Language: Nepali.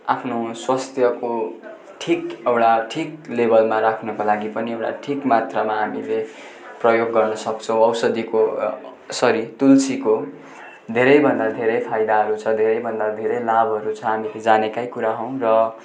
आफ्नो स्वास्थ्यको ठिक एउटा ठिक लेबलमा राख्नुको लागि पनि एउटा ठिक मात्रामा हामीले प्रयोग गर्न सक्छौँ औषधीको सरी तुलसीको धेरैभन्दा धेरै फाइदाहरू छ धेरैभन्दा धेरै लाभहरू छ हामीले जानेकै कुरा हो र